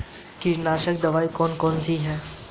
कीटनाशक दवाई कौन कौन सी हैं?